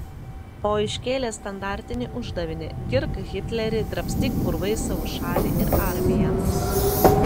o iškėlė standartinį uždavinį girk hitlerį drabstyk purvais savo šalį ir armiją